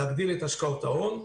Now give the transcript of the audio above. זה להגדיל את השקעות ההון,